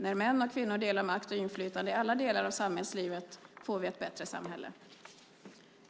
När män och kvinnor delar makt och inflytande i alla delar av samhällslivet får vi ett bättre samhälle.